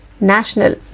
National